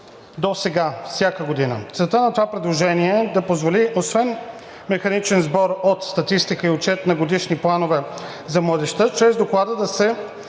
досега – всяка година. Целта на това предложение е да позволи освен механичен сбор от статистика и отчет на годишните планове за младежта чрез доклада да се